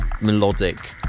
melodic